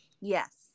Yes